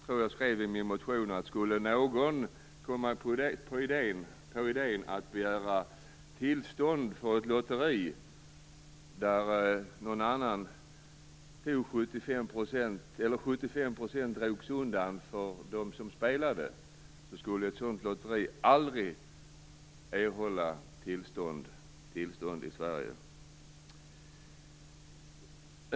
Som jag skrev i min motion: Skulle någon komma på idén att begära tillstånd för ett lotteri där 75 % togs undan för dem som spelade skulle man aldrig erhålla tillstånd i Sverige.